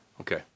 Okay